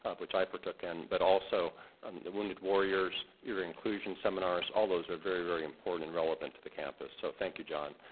ah which i partook in, but also and the wounded warriors, your inclusion seminars, all those are very, very important and relevant to the campus. so thank you, john.